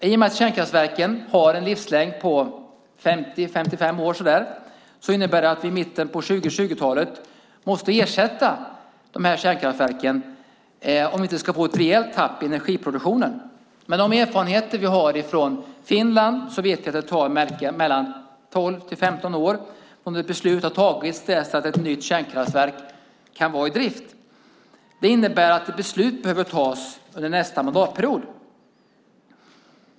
I och med att kärnkraftverken har en livslängd på ungefär 50-55 år kommer vi i mitten av 2020-talet att behöva ersätta kärnkraftverken för att undvika ett rejält tapp i energiproduktionen. Med de erfarenheter vi har från Finland vet vi att det tar 12-15 år från det att beslut har fattats till dess att ett nytt kärnkraftverk kan vara i drift. Det innebär att ett beslut behöver tas under nästa mandatperiod.